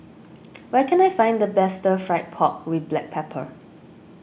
where can I find the best Fried Pork with Black Pepper